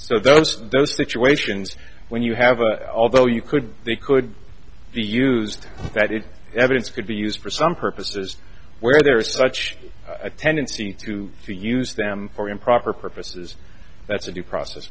so those are those situations when you have a although you could they could be used that is evidence could be used for some purposes where there is such a tendency to to use them for improper purposes that's a due process